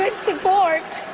ah support.